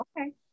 Okay